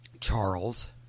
Charles